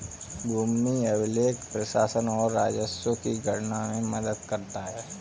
भूमि अभिलेख प्रशासन और राजस्व की गणना में मदद करता है